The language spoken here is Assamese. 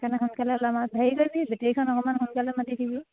সেইকাৰণে সোনকালে ওলাম আৰু হেৰি কৰিবি বেটেৰীখন অকমান সোনকালে মাতি দিবি